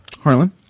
harlan